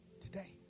today